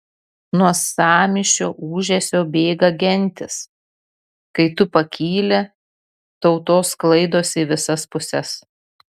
nuo sąmyšio ūžesio bėga gentys kai tu pakyli tautos sklaidosi į visas puses